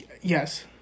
yes